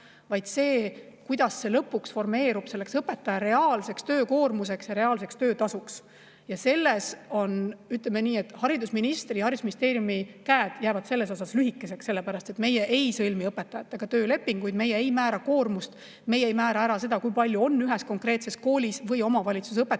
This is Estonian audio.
vaid see, kuidas see lõpuks formeerub õpetaja reaalseks töökoormuseks ja reaalseks töötasuks. Ütleme nii, et haridusministri ja haridusministeeriumi käed jäävad seal lühikeseks, sest meie ei sõlmi õpetajatega töölepinguid, meie ei määra koormust, meie ei määra ära seda, kui palju on ühes konkreetses koolis või omavalitsuses õpetajaid